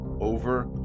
over